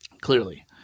Clearly